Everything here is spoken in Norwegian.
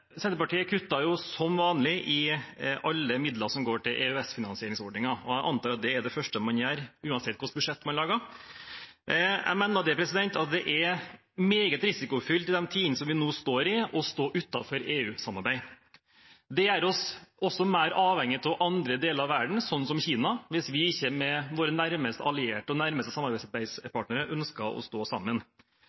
Senterpartiet kutter som vanlig i alle midler som går til EØS-finansieringsordningen, og jeg antar at det er det første man gjør uansett hvilket budsjett man lager. Jeg mener det er meget risikofylt i de tidene vi nå står i, å stå utenfor EU-samarbeid. Det gjør oss mer avhengig av andre deler av verden, som Kina, hvis vi ikke ønsker å stå sammen med våre nærmeste allierte og våre nærmeste samarbeidspartnere. Selv i tider som disse mener altså Senterpartiet fremdeles at det er viktig å